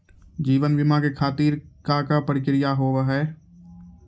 जीवन बीमा के खातिर का का प्रक्रिया हाव हाय?